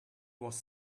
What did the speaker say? was